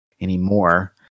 anymore